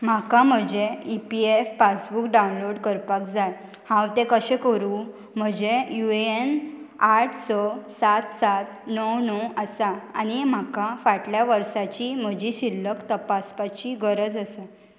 म्हाका म्हजें E P F passbook download करपाक जाय हांव तें कशें करूं म्हजें यु ए एन आठ स सात सात णव णव आसा आनी म्हाका फाटल्या वर्साची म्हजी शिल्लक तपासपाची गरज आसा